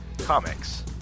Comics